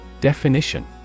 Definition